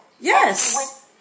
Yes